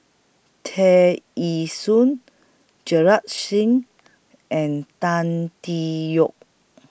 Tear Ee Soon Singh and Tan Tee Yoke